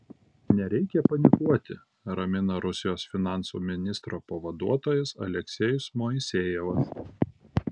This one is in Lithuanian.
nereikia panikuoti ramina rusijos finansų ministro pavaduotojas aleksejus moisejevas